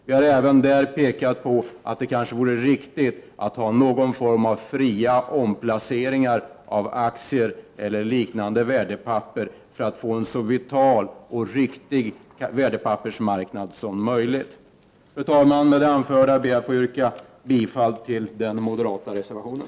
Vi har även där pekat på att det kanske vore riktigt att ha någon form av fria omplaceringar av aktier eller liknande värdepapper för att få en så vital och riktig värdepappersmarknad som möjligt. Fru talman! Med det anförda ber jag att få yrka bifall till den moderata reservationen.